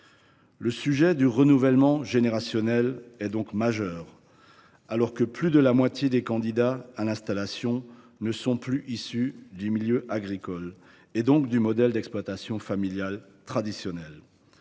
Le sujet du renouvellement générationnel est donc majeur, alors que plus de la moitié des candidats à l’installation ne sont plus issus du milieu agricole, donc du modèle traditionnel